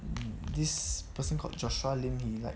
this person called joshua lim he like